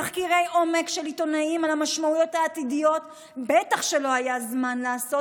תחקירי עומק של עיתונאים על המשמעויות העתידיות בטח שלא היה זמן לעשות,